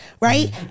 right